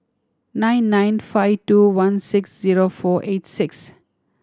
nine nine five two one six zero four eight six